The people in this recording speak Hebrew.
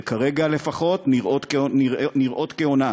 שכרגע לפחות נראות כהונאה.